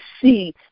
see